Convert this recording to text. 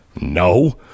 No